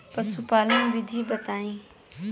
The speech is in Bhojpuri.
पशुपालन विधि बताई?